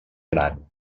gran